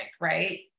right